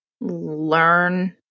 Learn